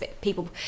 people